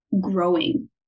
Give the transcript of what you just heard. growing